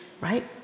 Right